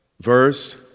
verse